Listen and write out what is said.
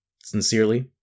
Sincerely